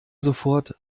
sofort